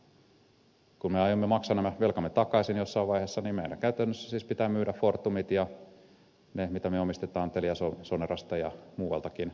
kun me aiomme maksaa nämä velkamme takaisin jossain vaiheessa niin meidänhän käytännössä siis pitää myydä fortumit ja ne mitä me omistamme teliasonerasta ja muualtakin